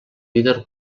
líder